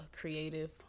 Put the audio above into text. creative